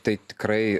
tai tikrai